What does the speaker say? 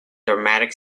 dramatic